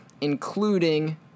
including